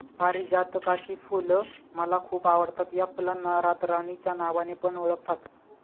पारीजातकाची फुल मला खूप आवडता या फुलांना रातराणी च्या नावाने पण ओळखतात